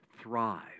thrive